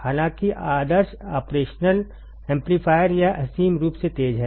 हालांकि आदर्श operational amplifier यह असीम रूप से तेज है